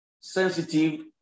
sensitive